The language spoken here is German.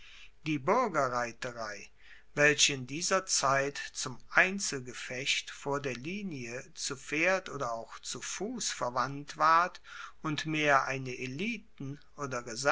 die buergerreiterei welche in dieser zeit zum einzelgefecht vor der linie zu pferd oder auch zu fuss verwandt ward und mehr eine eliten